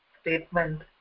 statement